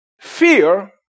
fear